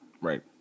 Right